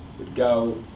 would go,